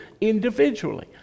individually